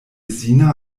sina